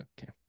Okay